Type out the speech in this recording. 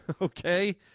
okay